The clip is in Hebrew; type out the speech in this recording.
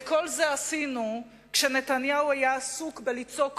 את כל זה עשינו כשנתניהו היה עסוק בלצעוק